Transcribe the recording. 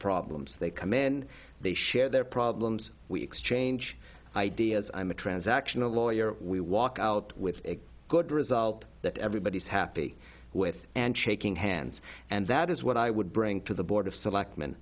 problems they come in they share their problems we exchange ideas i'm a transactional lawyer we walk out with a good result that everybody is happy with and shaking hands and that is what i would bring to the board of selectmen